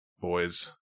boys